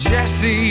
Jesse